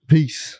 Peace